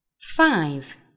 Five